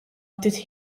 ftit